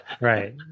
right